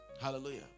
Hallelujah